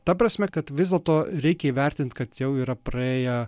ta prasme kad vis dėlto reikia įvertint kad jau yra praėję